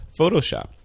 photoshop